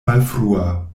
malfrua